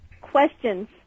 questions